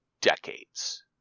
decades